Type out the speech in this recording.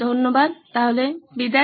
ধন্যবাদ তাহলে বিদায়